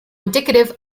indicative